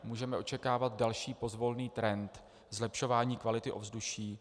Můžeme očekávat další pozvolný trend zlepšování kvality ovzduší.